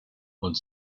und